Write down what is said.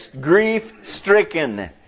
grief-stricken